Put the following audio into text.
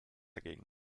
dagegen